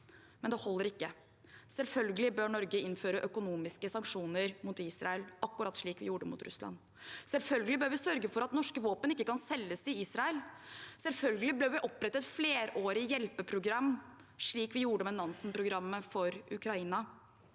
men det holder ikke. Selvfølgelig bør Norge innføre økonomiske sanksjoner mot Israel, akkurat slik vi gjorde mot Russland. Selvfølgelig bør vi sørge for at norske våpen ikke kan selges til Israel. Selvfølgelig bør vi opprette et flerårig hjelpeprogram, slik vi gjorde med Nansen-programmet for Ukraina.